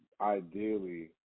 ideally